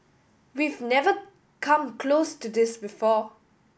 we've never come close to this before